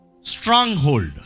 Stronghold